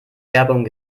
werbung